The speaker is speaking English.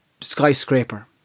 skyscraper